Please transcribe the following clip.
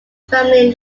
family